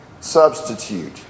substitute